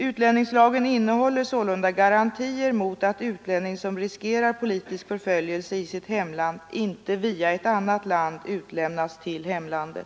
Utlänningslagen innehåller sålunda garantier mot att utlänning som riskerar politisk förföljelse i sitt hemland inte via ett annat land utlämnas till hemlandet.